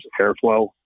airflow